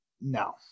No